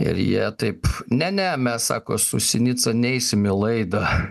ir jie taip ne ne mes sako su sinica neisim į laidą